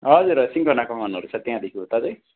हजुर हजुर सिन्कोना कमानहरू छ त्यहाँदेखि उता चाहिँ